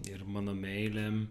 ir mano meilė